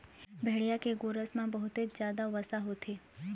भेड़िया के गोरस म बहुते जादा वसा होथे